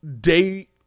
day